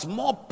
more